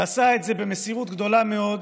ועשה את זה במסירות גדולה מאוד,